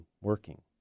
working